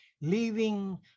leaving